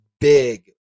big